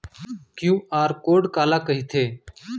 QR code काला कहिथे?